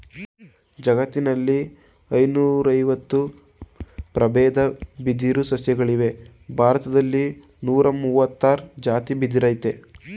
ಜಗತ್ತಿನಲ್ಲಿ ಐನೂರಐವತ್ತು ಪ್ರಬೇದ ಬಿದಿರು ಸಸ್ಯಗಳಿವೆ ಭಾರತ್ದಲ್ಲಿ ನೂರಮುವತ್ತಾರ್ ಜಾತಿ ಬಿದಿರಯ್ತೆ